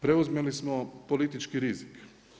Preuzeli smo politički rizik.